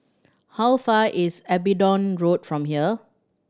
how far is Abingdon Road from here